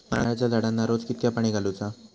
नारळाचा झाडांना रोज कितक्या पाणी घालुचा?